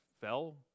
fell